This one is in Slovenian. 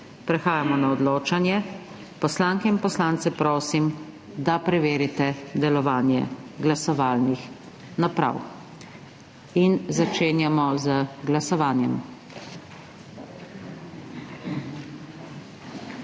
Prehajamo na odločanje. Poslanke in poslance prosim, da preverite delovanje glasovalnih naprav. Glasujemo. Navzočih